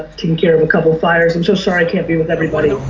taking care of a couple fires. i'm so sorry i can't be with everybody.